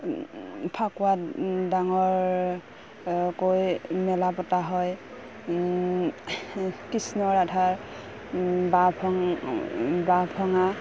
ফাকুৱা ডাঙৰকৈ মেলা পতা হয় কৃষ্ণৰ ৰাধাৰ বাঁহ ভং বাঁহ ভঙা